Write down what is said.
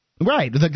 right